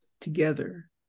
together